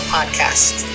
Podcast